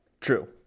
true